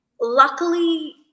Luckily